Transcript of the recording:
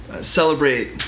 celebrate